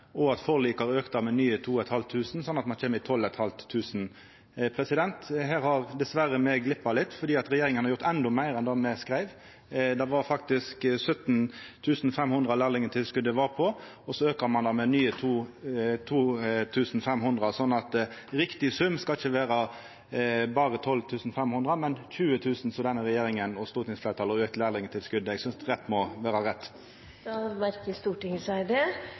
og at forliket har auka det med nye 2 500 kr, sånn at ein kjem opp i 12 500 kr. Her har me dessverre gloppe litt, for regjeringa har gjort endå meir enn det me skreiv. Det var faktisk 17 500 kr lærlingtilskotet var på, og så auka ein det med nye 2 500 kr. Så riktig sum skal ikkje vera berre 12 500 kr, men 20 000 kr som denne regjeringa og stortingsfleirtalet har auka lærlingtilskotet med. Eg synest rett må vera rett. Da merker Stortinget seg det.